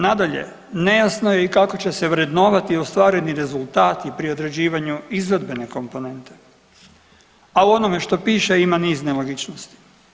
Nadalje, nejasno je i kako će se vrednovati ostvareni rezultati pri određivanju izvedbene komponente, a u onome što piše ima niz nelogičnosti.